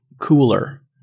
cooler